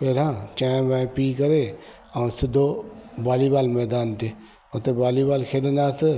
पहिरियां चांहिं वाय पी करे ऐं सिदो बालीबॉल मैदान ते हुते बालीबॉल खेॾंदासीं